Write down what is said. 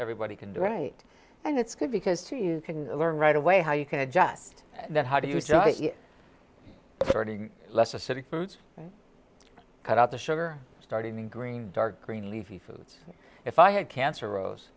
everybody can do right and it's good because two you can learn right away how you can adjust that how do you judge less acidic foods cut out the sugar starting green dark green leafy foods if i had cancer rose